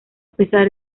pesar